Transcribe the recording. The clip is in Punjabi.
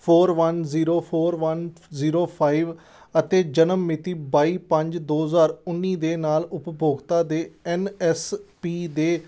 four one zero four one zero five ਅਤੇ ਜਨਮ ਮਿਤੀ ਬਾਈ ਪੰਜ ਦੋ ਹਜ਼ਾਰ ਉੱਨੀ ਦੇ ਨਾਲ ਉਪਭੋਗਤਾ ਦੇ ਐੱਨ ਐੱਸ ਪੀ ਦੇ